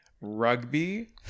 rugby